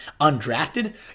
undrafted